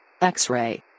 X-Ray